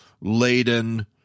laden